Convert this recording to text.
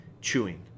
chewing